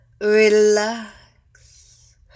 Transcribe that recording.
relax